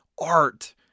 art